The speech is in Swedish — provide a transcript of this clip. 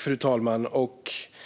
Fru talman! Vad som är